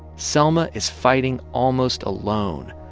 selma is fighting almost alone.